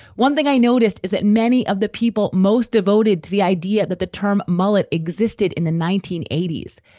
one thing i noticed is that many of the people most devoted to the idea that the term mullet existed in the nineteen eighty s,